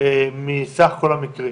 מסך כל המקרים?